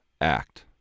act